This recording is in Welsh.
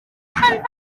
ffrindiau